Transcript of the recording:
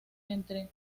entre